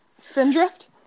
Spindrift